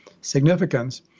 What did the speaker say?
significance